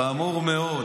חמור מאוד.